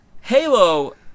halo